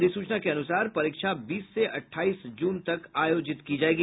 अधिसूचना के अनुसार परीक्षा बीस से अठाईस जून तक आयोजित की जायेगी